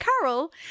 Carol